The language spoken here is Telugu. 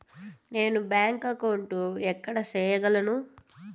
నేను బ్యాంక్ అకౌంటు ఎక్కడ సేయగలను